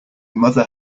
mother